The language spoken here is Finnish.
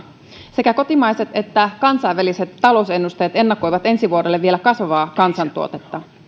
sekä kotimaiset että kansainväliset talousennusteet ennakoivat vielä ensi vuodelle kasvavaa kansantuotetta